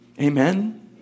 Amen